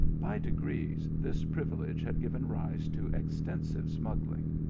by degrees, this privilege had given rise to extensive smuggling.